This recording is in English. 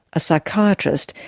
a psychiatrist,